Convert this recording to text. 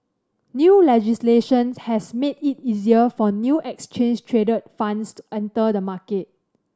new legislation has made it easier for new exchange traded funds to enter the market